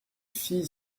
fille